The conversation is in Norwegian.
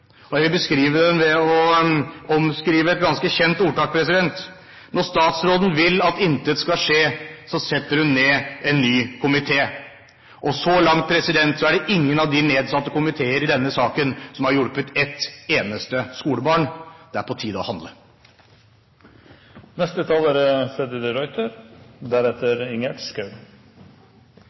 Jeg vil beskrive den ved å omskrive et ganske kjent ordtak: Når statsråden vil at intet skal skje, så setter hun ned en ny komité. Så langt er det ingen av de nedsatte komiteer i denne saken som har hjulpet et eneste skolebarn. Det er på tide å handle! Det er